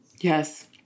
Yes